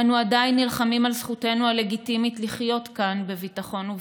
אנו עדיין נלחמים על זכותנו הלגיטימית לחיות כאן בביטחון ובשלווה.